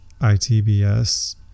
itbs